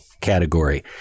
category